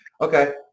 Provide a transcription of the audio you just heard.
Okay